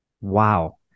Wow